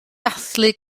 dathlu